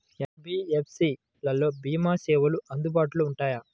NBFC లలో భీమా సేవలు అందుబాటులో ఉంటాయా?